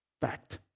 Fact